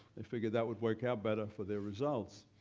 they figured that would work out better for their results.